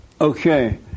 Okay